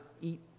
eat